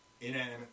inanimate